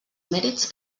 mèrits